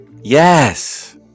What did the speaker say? Yes